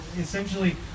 essentially